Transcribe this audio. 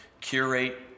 curate